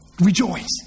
Rejoice